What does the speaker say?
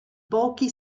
pochi